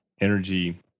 energy